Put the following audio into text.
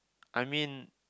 I mean